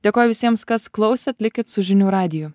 dėkoju visiems kas klausėt likit su žinių radiju